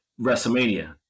WrestleMania